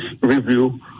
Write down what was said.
review